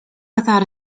without